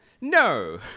No